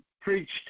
preached